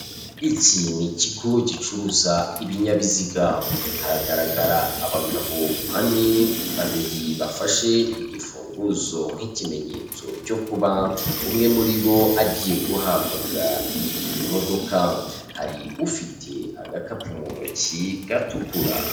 Iki n’ikigo gicuruza ibinyabiziga, haragaragara abagabo bane, babiri bafashe igifunguzo nk'ikimenyetso cyo kuba umwe muri bo agiye guhabwa iyi modoka, hari ufite agakapu mu ntoki gatukura.